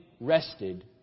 rested